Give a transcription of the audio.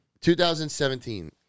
2017